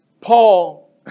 Paul